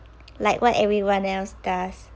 like what everyone else does